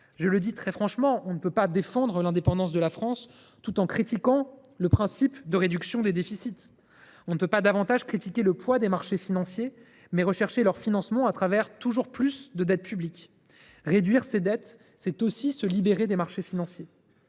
Je le dis très franchement : on ne peut pas défendre l’indépendance de la France tout en critiquant le principe de réduction des déficits. On ne peut pas davantage critiquer le poids des marchés financiers, mais rechercher leur financement à travers toujours plus de dette publique. Réduire ses dettes, c’est aussi se libérer des marchés financiers.